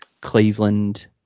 Cleveland